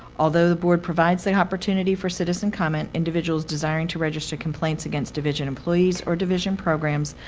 although the board provides the opportunity for citizen comment, individuals desiring to register complaints against division employees or division programs,